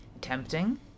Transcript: Tempting